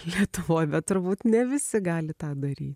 lietuvoj bet turbūt ne visi gali tą dary